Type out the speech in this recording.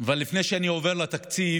אבל לפני שאני עובר לתקציב,